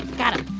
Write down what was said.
got ah